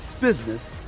business